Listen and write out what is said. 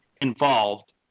involved